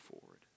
forward